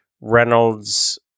Reynolds